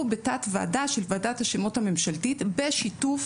בתת ועדה של ועדת השמות הממשלתית בשיתוף,